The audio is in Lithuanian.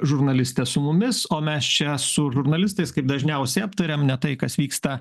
žurnalistė su mumis o mes čia su žurnalistais kaip dažniausiai aptariam ne tai kas vyksta